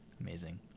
Amazing